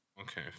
Okay